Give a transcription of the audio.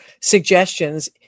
suggestions